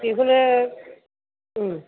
बेखौनो